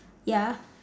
ya